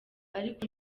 ariko